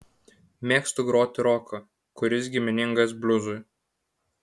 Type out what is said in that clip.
mėgstu groti roką kuris giminingas bliuzui